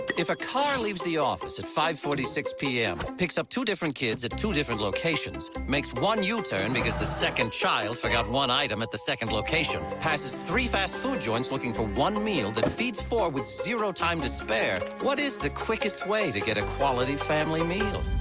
if a car leaves the office. at five forty six pm. picks up two different kids at two different locations. makes one u-turn because the second child forgot one item at the second location. passes three fast food joints looking for one meal. that feeds four with zero time to spare. what is the quickest way to get a quality family meal?